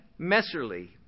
Messerly